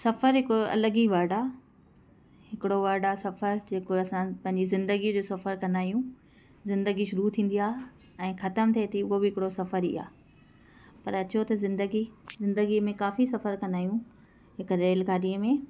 सफ़रु हिकु अलगि ई वर्ड आहे हिकिड़ो वर्ड आहे सफ़रु जेको असां पंहिंजी ज़िंदगीअ जो सफ़रु कंदा आहियूं ज़िंदगी शुरु थींदी आहे ऐं ख़तम थिये थी उहो बि हिकिड़ो सफ़रु ई आहे पर अचो त ज़िंदगी में काफ़ी सफ़रु कंदा आहियूं हिकु रेल गाॾीअ में